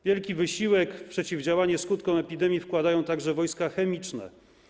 Wielki wysiłek w przeciwdziałanie skutkom epidemii wkładają także wojska chemiczne.